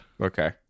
Okay